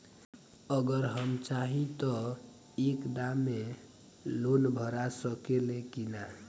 अगर हम चाहि त एक दा मे लोन भरा सकले की ना?